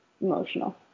emotional